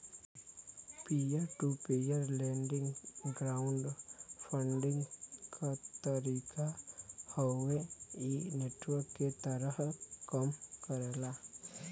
peer to peer lending crowd funding क तरीका हउवे इ नेटवर्क के तहत कम करला